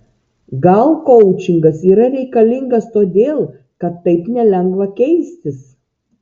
gal koučingas yra reikalingas todėl kad taip nelengva keistis